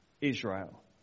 Israel